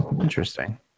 Interesting